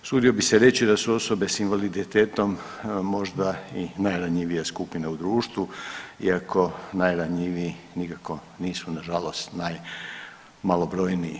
Usudio bi se reći da su osobe s invaliditetom možda i najranjivije skupine u društvu iako najranjiviji nikako nisu nažalost najmalobrojniji.